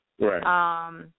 Right